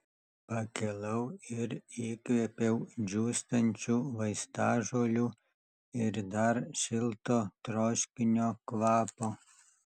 pakilau ir įkvėpiau džiūstančių vaistažolių ir dar šilto troškinio kvapo